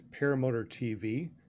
ParamotorTV